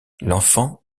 l’enfant